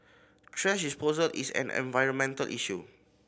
thrash disposal is an environmental issue